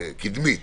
קדמית